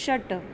षट्